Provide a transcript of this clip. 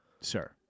Sir